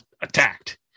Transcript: attacked